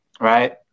right